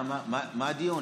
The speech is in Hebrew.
מה הדיון?